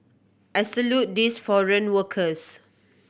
I salute these foreign workers